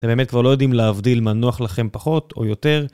אתם באמת כבר לא יודעים להבדיל מה נוח לכם פחות או יותר.